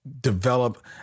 develop